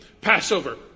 Passover